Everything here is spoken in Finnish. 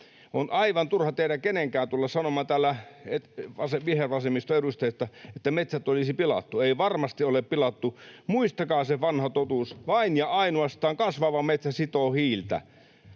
On aivan turha kenenkään teistä vihervasemmiston edustajista tulla sanomaan täällä, että metsät olisi pilattu. Ei varmasti ole pilattu. Muistakaa se vanha totuus, että vain ja ainoastaan kasvava metsä sitoo hiiltä.